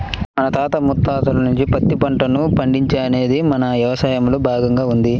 మన తాత ముత్తాతల నుంచే పత్తి పంటను పండించడం అనేది మన యవసాయంలో భాగంగా ఉన్నది